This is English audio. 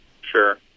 sure